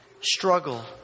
struggle